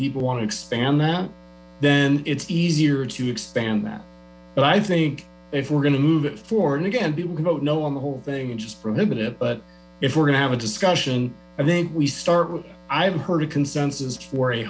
people want to expand that then it's easier to expand but i think if we're going to move it forward and again people can vote no on the whole thing and just prohibit it but if we're going to have a discussion i think we start with i've heard a consensus for